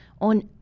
on